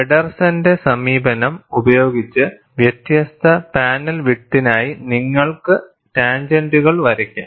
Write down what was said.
ഫെഡെർസന്റെ സമീപനം ഉപയോഗിച്ച് വ്യത്യസ്ത പാനൽ വിഡ്ത്തിനായി നിങ്ങൾക്ക് ടാൻജെന്റുകൾ വരയ്ക്കാം